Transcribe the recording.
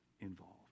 involved